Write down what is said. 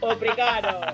Obrigado